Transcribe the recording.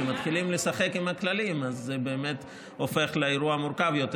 כשמתחילים לשחק עם הכללים אז זה באמת הופך לאירוע מורכב יותר.